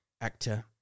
actor